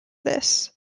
this